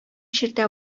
җирдә